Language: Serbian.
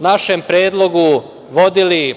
našem predlogu vodili